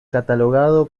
catalogado